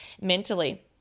mentally